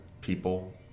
people